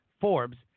Forbes